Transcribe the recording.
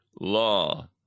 law